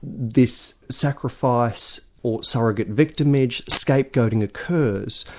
this sacrifice or surrogate victimage scapegoating occurs,